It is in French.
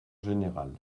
général